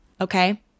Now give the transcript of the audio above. Okay